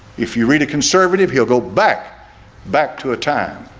if you read a conservative, he'll go back back to a time